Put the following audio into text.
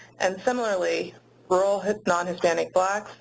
and similarly rural non-hispanic blacks,